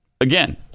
again